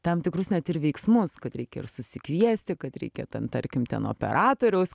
tam tikrus net ir veiksmus kad reikia ir susikviesti kad reikia ten tarkim ten operatoriaus